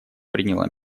приняло